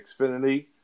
Xfinity